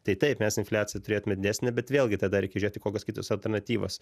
tai taip mes infliaciją turėtume didesnę bet vėlgi tada reikia žiūrėti kokios kitos alternatyvos